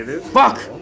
Fuck